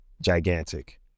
gigantic